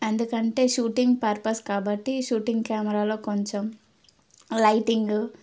ఎందుకంటే shooting purpose కాబట్టి shooting కెమెరాలో కొంచెం లైటింగ్